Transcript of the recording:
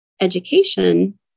education